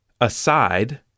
Aside